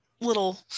little